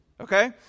Okay